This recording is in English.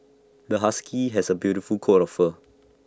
this husky has A beautiful coat of fur